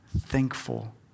thankful